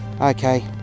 okay